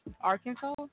Arkansas